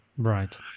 Right